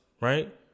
right